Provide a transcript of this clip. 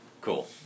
cool